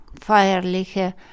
feierliche